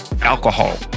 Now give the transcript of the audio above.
alcohol